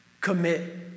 commit